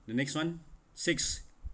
the next [one] six